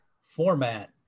format